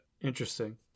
Interesting